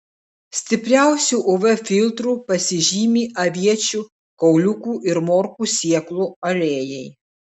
stipriausiu uv filtru pasižymi aviečių kauliukų ir morkų sėklų aliejai